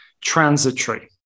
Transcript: transitory